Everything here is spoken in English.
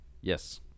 Yes